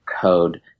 code